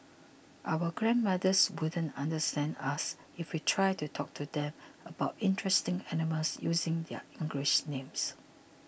our grandmothers wouldn't understand us if we tried to talk to them about interesting animals using their English names